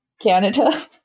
Canada